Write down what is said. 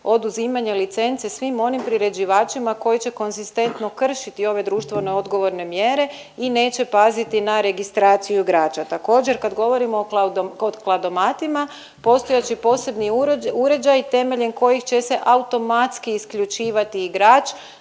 oduzimanje licence svim onim priređivačima koji će konzistentno kršiti ove društveno odgovorne mjere i neće paziti na registraciju igrača. Također kad govorimo o kladomatima, postojat će posebni uređaji temeljem kojih će se automatski isključivati igrač,